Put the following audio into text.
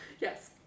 Yes